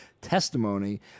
testimony